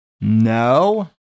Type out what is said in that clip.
No